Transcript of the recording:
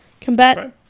Combat